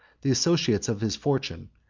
the associates of his fortune,